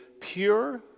pure